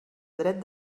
dret